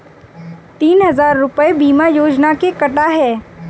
तीन हजार रूपए बीमा योजना के कटा है